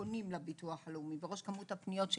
הפונים לביטוח הלאומי,